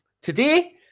today